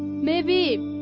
maybe.